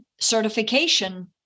certification